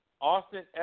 Austin